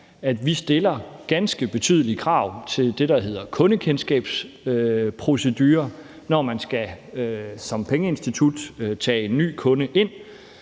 at vi stiller ganske betydelige krav til det, der hedder kundekendskabsprocedurer, når man som pengeinstitut skal tage en ny kunde ind.